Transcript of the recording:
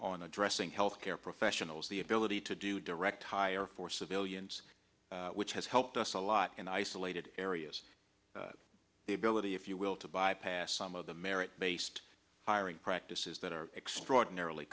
on addressing health care professionals the ability to do direct hire for civilians which has helped us a lot in isolated areas the ability if you will to bypass some of the merit based hiring practices that are extraordinarily